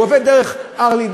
הוא עובר דרך הרל"י,